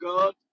God